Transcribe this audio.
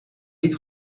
niet